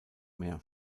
mehr